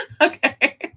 Okay